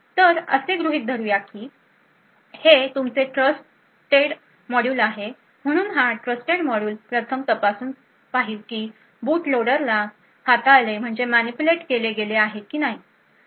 तर असे गृहित धरू की हे तुमचे ट्रस्टेड मॉड्यूल आहे म्हणून हा ट्रस्टेड मॉड्यूल प्रथम हे तपासून पाहिल की बूट लोडरला हाताळले गेले आहे की नाही